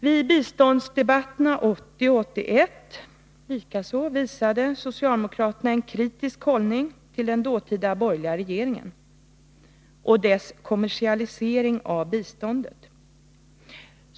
Vid biståndsdebatterna 1980 och 1981 visade en kritisk hållning till den dåtida borgerliga regeringens ”kommersialisering av biståndet”.